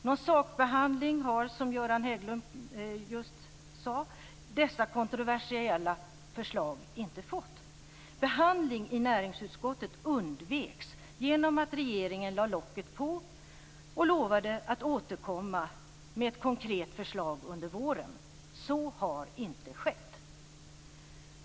Någon sakbehandling har, som Göran Hägglund just sade, dessa kontroversiella förslag inte fått. Behandling i näringsutskottet undveks genom att regeringen lade locket på och lovade att återkomma med ett konkret förslag under våren. Så har inte skett.